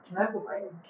can I put my